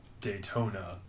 Daytona